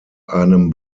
einem